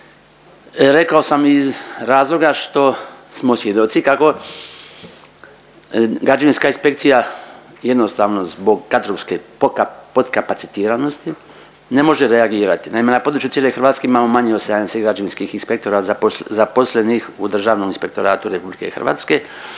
rekao sam iz razloga što smo svjedoci kako građevinska inspekcija jednostavno zbog kadrovske podkapacitiranosti ne može reagirati. Naime na području cijele Hrvatske imamo manje od 73 građevinskih inspektora zaposlenih u Državnom inspektoratu RH i teško